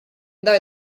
though